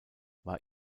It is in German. war